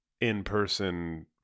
in-person